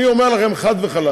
אני אומר לכם חד וחלק